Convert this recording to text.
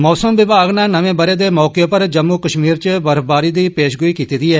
मौसम विभाग नै नमें ब'रे दे मौके उप्पर जम्मू कश्मीर च बर्फबारी दी पेशगोही कीती ऐ